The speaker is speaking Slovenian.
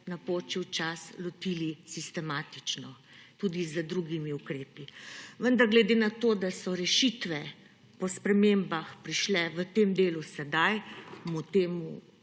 napočil čas, lotili sistematično tudi z drugimi ukrepi. Vendar glede na to, da so rešitve v spremembah prišle v tem delu sedaj, tem